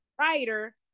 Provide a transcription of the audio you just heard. writer